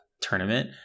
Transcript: tournament